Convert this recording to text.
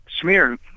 smear